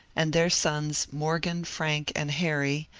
and their sons, morgan, frank, and harry,